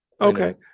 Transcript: Okay